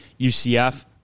UCF